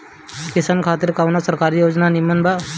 किसान खातिर कवन सरकारी योजना नीमन बा?